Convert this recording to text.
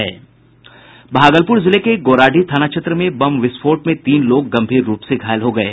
भागलपुर जिले के गोराडीह थाना क्षेत्र में बम विस्फोट में तीन लोग गंभीर रूप से घायल हो गये